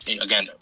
Again